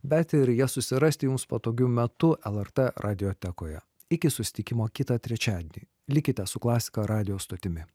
bet ir jas susirasti jums patogiu metu lrt radiotekoje iki susitikimo kitą trečiadienį likite su klasika radijo stotimi